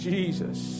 Jesus